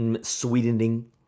sweetening